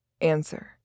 Answer